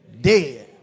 dead